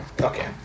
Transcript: Okay